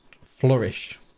flourish